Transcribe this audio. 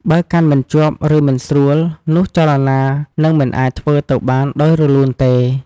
បើកាន់មិនជាប់ ឬមិនស្រួល នោះចលនានឹងមិនអាចធ្វើទៅបានដោយរលូនទេ។